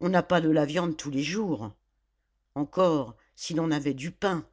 on n'a pas de la viande tous les jours encore si l'on avait du pain